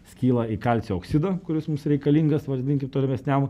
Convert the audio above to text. skyla į kalcio oksidą kuris mums reikalingas vadinkim tolimesniam